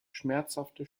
schmerzhafte